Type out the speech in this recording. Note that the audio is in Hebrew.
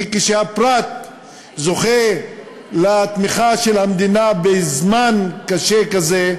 כי כשהפרט זוכה לתמיכה של המדינה בזמן קשה כזה,